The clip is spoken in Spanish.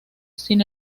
sin